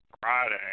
Friday